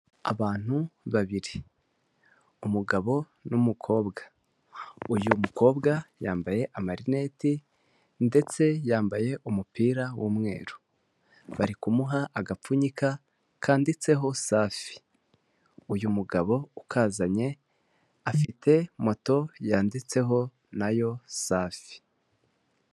Abantu babiri umugabo n'umukobwa, uyu mukobwa yambaye amarineti ndetse yambaye umupira w'umweru, bari kumuha agapfunyika kanditseho safi, uyu mugabo ukazanye afite moto yanditseho nayo safi.